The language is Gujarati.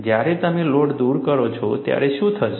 જ્યારે તમે લોડ દૂર કરો છો ત્યારે શું થશે